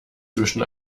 zwischen